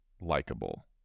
likable